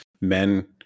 Men